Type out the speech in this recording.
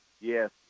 yes